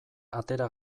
atera